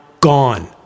gone